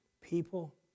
people